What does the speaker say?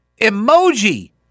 emoji